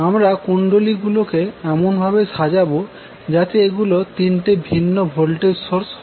আমরা কুণ্ডলী গুলোকে এমন ভাবে সাজাবো যাতে এগুলো তিনটি ভিন্ন ভোল্টেজ সোর্স হয়